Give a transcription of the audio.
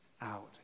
out